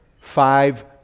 five